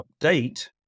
update